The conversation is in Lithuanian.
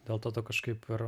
dėl to to kažkaip ir